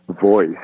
voice